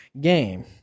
game